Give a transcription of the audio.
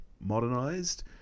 modernized